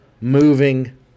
moving